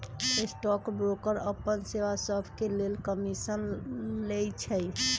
stock broker अप्पन सेवा सभके लेल कमीशन लइछइ